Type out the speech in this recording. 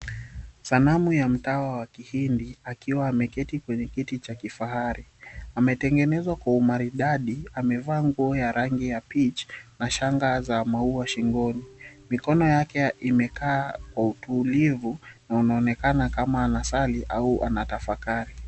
Sanamu ya mtawa wa kihindi akiwa ameketi kwenye kiti cha kifahari ametengenezwa kwa umaridadi, amevaa nguo ya rangi ya peach na shanga za maua shingoni mikono yake imekaa kwa utulivu na inaonekana kama anasali au anatafakari.